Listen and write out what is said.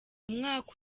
umwaka